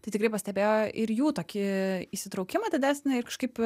tai tikrai pastebėjo ir jų tokį įsitraukimą didesnį ir kažkaip